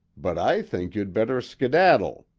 but i think you'd better skedaddle.